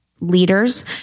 leaders